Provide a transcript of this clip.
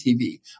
TV